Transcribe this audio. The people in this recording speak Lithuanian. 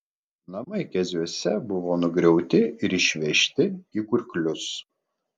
namai keziuose buvo nugriauti ir išvežti į kurklius